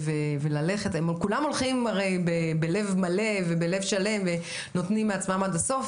וללכת הרי כולם הולכים בלב מלא ובלב שלם ונותנים מעצמם עד הסוף,